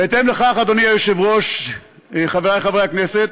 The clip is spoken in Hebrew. בהתאם לכך, אדוני היושב-ראש, חברי חברי הכנסת,